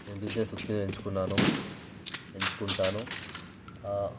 నేను బిజినెస్ వృత్తిని ఎంచుకున్నాను ఎంచుకుంటాను